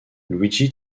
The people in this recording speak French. luigi